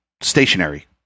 stationary